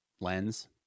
lens